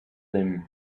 them